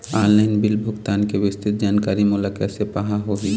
Online bill भुगतान के विस्तृत जानकारी मोला कैसे पाहां होही?